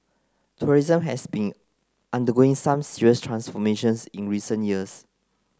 tourism has been undergoing some serious transformations in recent years